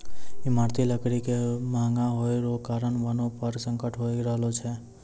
ईमारती लकड़ी रो महगा होय रो कारण वनो पर संकट होय रहलो छै